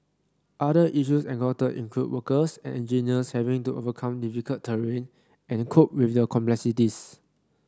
other issues encountered included workers and engineers having to overcome difficult terrain and cope with the complexities